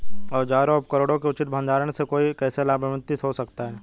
औजारों और उपकरणों के उचित भंडारण से कोई कैसे लाभान्वित हो सकता है?